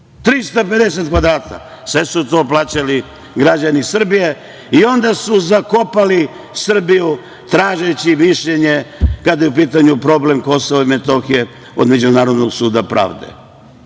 ministre. Sve su to plaćali građani Srbije i onda su zakopali Srbiju, tražeći mišljenje kada je u pitanju problem Kosova i Metohije, od Međunarodnog suda pravde.